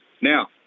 Now